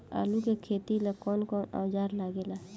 आलू के खेती ला कौन कौन औजार लागे ला?